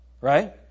right